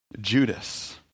Judas